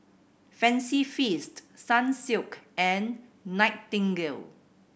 Fancy Feast Sunsilk and Nightingale